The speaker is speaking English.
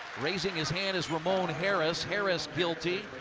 raising his hand is ramon harris. harris guilty,